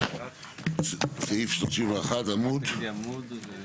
סעיף 31, עמוד?